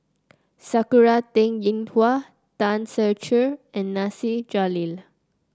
Sakura Teng Ying Hua Tan Ser Cher and Nasir Jalil